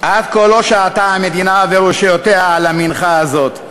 עד כה לא שעו המדינה ורשויותיה למנחה הזו,